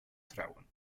trouwen